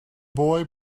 boy